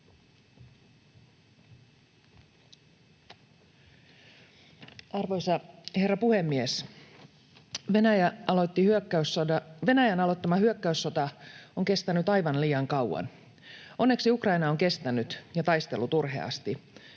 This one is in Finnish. Arvoisa herra puhemies! Venäjän aloittama hyök-käyssota on kestänyt aivan liian kauan. Onneksi Ukraina on kestänyt ja taistellut urheasti,